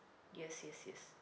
yes yes yes